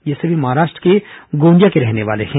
ये सभी महाराष्ट्र के गोंदिया के रहने वाले हैं